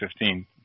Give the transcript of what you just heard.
2015